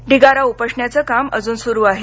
ढिगारा उपसण्याचं काम अजून सुरू आहे